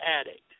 addict